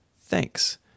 Thanks